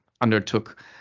undertook